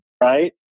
right